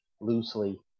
loosely